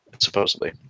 supposedly